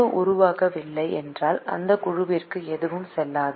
குழு உருவாகவில்லை என்றால் அந்தக் குழுவிற்கு எதுவும் செல்லாது